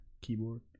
keyboard